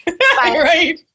Right